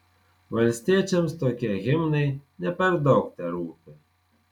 valstiečiams tokie himnai ne per daug terūpi